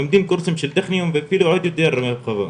לומדים קורסים של טכניון ואפילו עוד יותר בהרחבה.